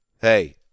hey